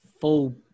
full